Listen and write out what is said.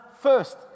first